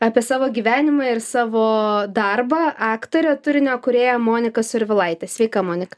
apie savo gyvenimą ir savo darbą aktorė turinio kūrėja monika survilaitė sveika monik